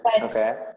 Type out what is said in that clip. Okay